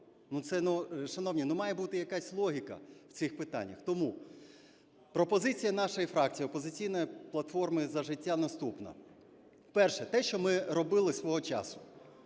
Шановні, має бути якась логіка в цих питаннях. Тому пропозиція нашої фракції "Опозиційної платформи - За життя" наступна. Перше - те що ми робили свого часу,